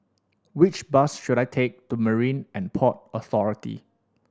which bus should I take to Marine And Port Authority